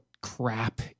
crap